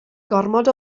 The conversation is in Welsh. gormod